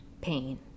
pain